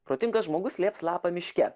protingas žmogus lieps lapą miške